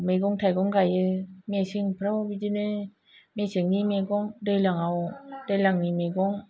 औ मैगं थायगं गायो मेसेंफ्राव बिदिनो मेसेंनि मैगं दैज्लाङाव दैज्लांनि मैगं